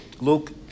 Luke